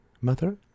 mother